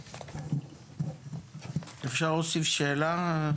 אפשר להוסיף שאלה?